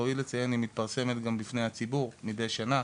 ראוי לציין שהמדידה גם מתפרסמת בפני הציבור מדי שנה,